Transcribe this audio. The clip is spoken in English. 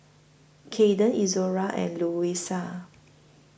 Caden Izora and Louisa